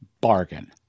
bargain